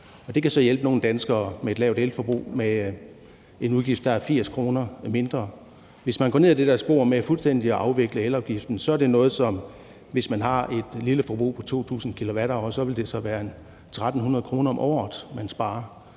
det kan så hjælpe nogle danskere med et lavt elforbrug med en udgift, der er 80 kr. mindre. Hvis man går ned ad det der spor med fuldstændig at afvikle elafgiften, er det noget, som betyder, at det, hvis man har et lille forbrug på 2.000 kW, så vil være ca. 1.300 kr. om året, man sparer,